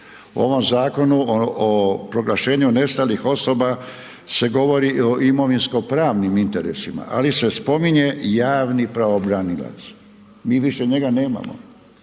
U ovom zakonu o proglašenju nestalih osoba, se govori o imovinsko pravnim interesima, ali se spominje javni pravobranilac, mi više njega nemamo.